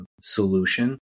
solution